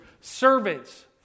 Servants